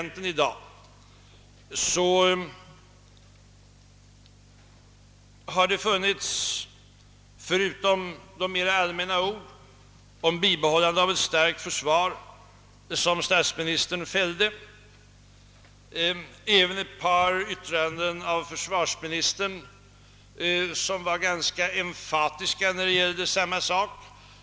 ten i dag har, förutom de mera allmänna ord om bibehållande av ett starkt försvar som statsministern fällde, även funnits ett yttrande av försvarsministern som var ganska emfatiskt när det gällde samma sak.